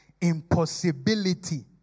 impossibility